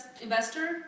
Investor